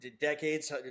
decades